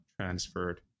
transferred